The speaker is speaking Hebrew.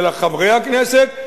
של חברי הכנסת,